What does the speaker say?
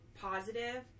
positive